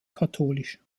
katholisch